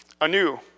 anew